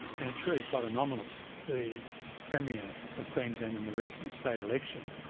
and it's really quite anomalous. the premier of queensland, in the recent state election,